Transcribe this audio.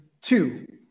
Two